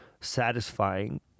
satisfying